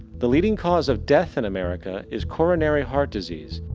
the leading cause of death in america is coronary heart disease,